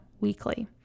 weekly